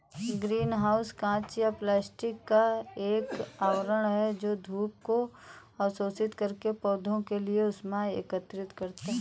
green house कांच या plastic का एक आवरण है जो धूप को अवशोषित करके पौधों के लिए ऊष्मा एकत्रित करता है